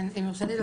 כן אם יורשה לי,